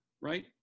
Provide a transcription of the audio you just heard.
right